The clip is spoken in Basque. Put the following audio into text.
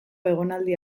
egonaldi